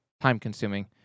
time-consuming